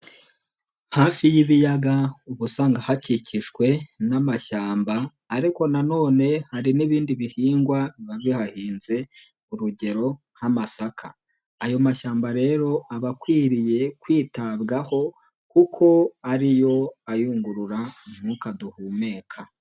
Hafi y'ibiyaga, uba usanga hakikijwe n'amashyamba ariko nanone hari n'ibindi bihingwa biba bihahinze, urugero nk'amasaka. Ayo mashyamba rero aba akwiriye kwitabwaho kuko ariyo ayungurura umwuka duhumeka.